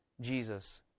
jesus